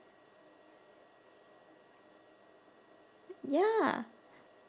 ya